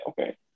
Okay